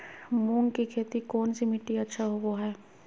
मूंग की खेती कौन सी मिट्टी अच्छा होबो हाय?